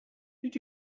did